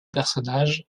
personnages